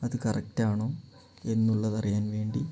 അത് കറക്റ്റാണോ എന്നുള്ളതറിയാൻ വേണ്ടി